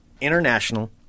International